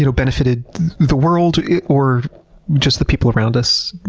you know benefited the world or just the people around us.